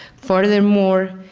furthermore,